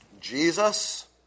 Jesus